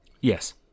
Yes